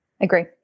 Agree